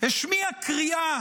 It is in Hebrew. השמיע קריאה